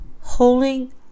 holding